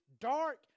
dark